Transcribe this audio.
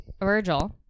Virgil